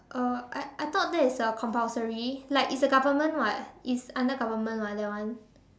uh I I thought that is a compulsory like is a government [what] it's under government [what] that one